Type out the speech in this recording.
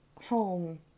home